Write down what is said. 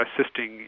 assisting